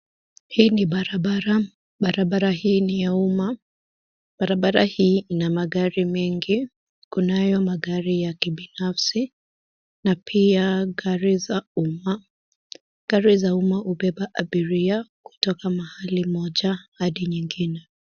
Hii ni barabara, barabara hii ni ya umma. Barabara hii ina magari mengi, kunayo magari kibinafsi na pia gari za umma. Gari za umma hubeba abiria kutoka mahali moja hadi nyingine.